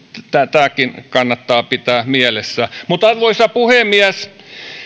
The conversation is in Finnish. tämäkin kannattaa pitää mielessä mutta arvoisa puhemies